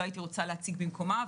לא הייתי רוצה להציג במקומה,